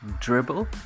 Dribble